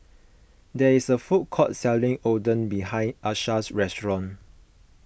there is a food court selling Oden behind Asha's house